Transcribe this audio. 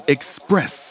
Express